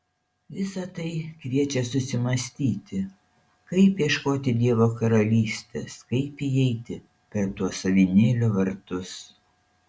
visa tai kviečia susimąstyti kaip ieškoti dievo karalystės kaip įeiti per tuos avinėlio vartus